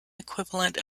equivalent